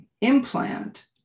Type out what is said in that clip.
implant